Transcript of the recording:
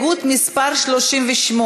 שפיר,